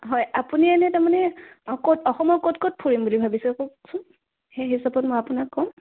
হয় আপুনি এনেই তাৰমানে ক'ত অসমৰ ক'ত ক'ত ফুৰিম বুলি ভাবিছে কওকচোন সেই হিচাপত মই আপোনাক ক'ম